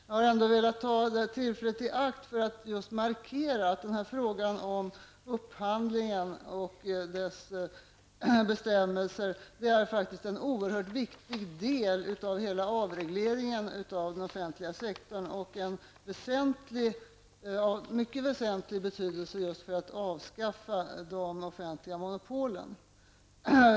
Jag har ändå velat ta det här tillfället i akt för att markera att frågan om upphandlingen och dess bestämmelser faktiskt är en oerhört viktig del av hela avregleringen av den offentliga sektorn och av mycket väsentlig betydelse för att avskaffa de offentliga monopolen.